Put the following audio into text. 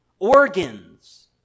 Organs